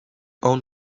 own